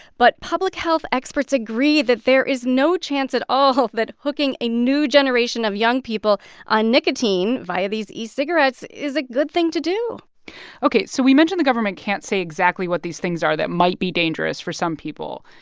but public health experts agree that there is no chance at all that hooking a new generation of young people on nicotine via these these e-cigarettes is a good thing to do ok. so we mentioned the government can't say exactly what these things are that might be dangerous for some people.